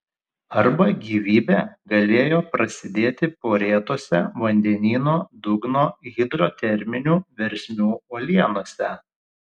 arba gyvybė galėjo prasidėti porėtose vandenyno dugno hidroterminių versmių uolienose